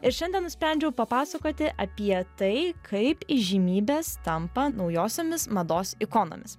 ir šiandien nusprendžiau papasakoti apie tai kaip įžymybės tampa naujosiomis mados ikonomis